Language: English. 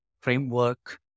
framework